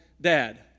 dad